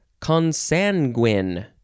consanguine